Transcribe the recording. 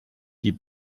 die